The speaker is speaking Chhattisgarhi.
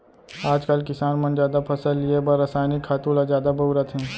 आजकाल किसान मन जादा फसल लिये बर रसायनिक खातू ल जादा बउरत हें